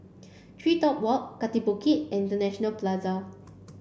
TreeTop Walk Kaki Bukit International Plaza